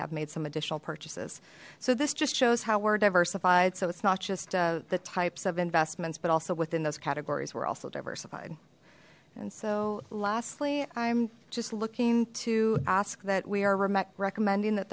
have made some additional purchases so this just shows how we're diversify so it's not just the types of investments but also within those categories we're also diversified and so lastly i'm just looking to ask that we are recommending